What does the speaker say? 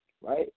right